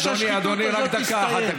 אדוני, רק דקה אחת.